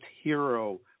hero